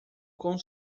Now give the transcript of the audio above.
com